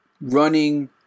running